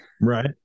Right